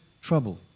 trouble